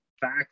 fact